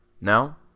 Now